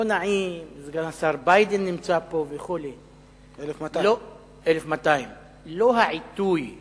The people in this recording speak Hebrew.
לא נעים וסגן השר ביידן נמצא כאן וכו' לא העיתוי הוא